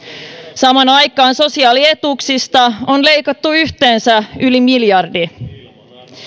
samaan aikaan sosiaalietuuksista on leikattu yhteensä yli miljardi